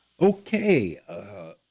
Okay